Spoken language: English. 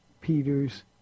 Peter's